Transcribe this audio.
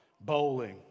bowling